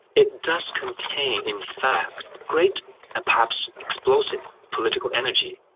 it does contain in fact great and perhaps explosive political energy.